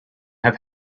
have